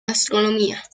gastronomía